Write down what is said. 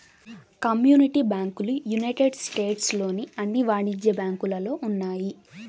community బ్యాంకులు United States లోని అన్ని వాణిజ్య బ్యాంకులలో ఉన్నాయి